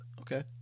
Okay